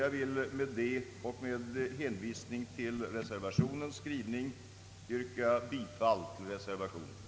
Jag vill med detta, herr talman, och med hänvisning till reservationens skrivning yrka bifall till reservationen.